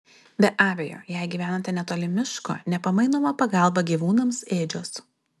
be abejo jei gyvenate netoli miško nepamainoma pagalba gyvūnams ėdžios